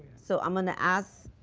so i'm going to ask,